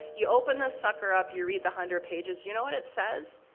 you open this sucker up, you read the hundred pages, you know what it says?